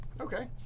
okay